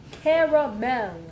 Caramel